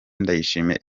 ndayishimiye